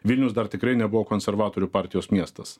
vilnius dar tikrai nebuvo konservatorių partijos miestas